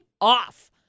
off